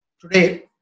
today